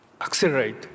accelerate